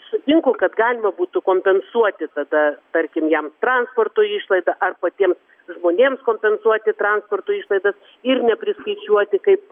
sutinku kad galima būtų kompensuoti tada tarkim jam transporto išlaidą ar patiems žmonėms kompensuoti transporto išlaidas ir nepriskaičiuoti kaip